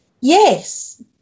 Yes